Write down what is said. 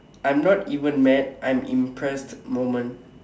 I'm not even mad I'm impressed moment